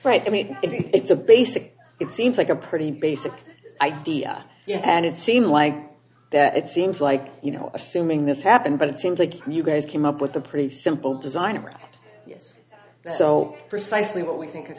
right i mean it's a basic it seems like a pretty basic idea and it seem like it seems like you know assuming this happened but it seems like you guys came up with a pretty simple design or yes so precisely what we think